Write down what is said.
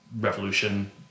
revolution